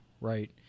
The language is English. right